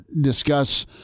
discuss